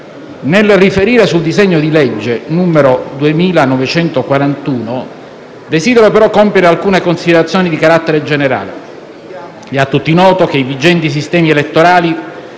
Nel riferire sul disegno di legge n. 2941, desidero però compiere alcune considerazioni di carattere generale. È a tutti noto che i vigenti sistemi elettorali